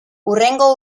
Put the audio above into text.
hurrengo